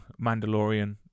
Mandalorian